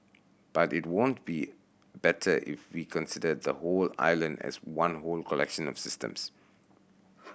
but it won't be better if we consider the whole island as one whole collection of systems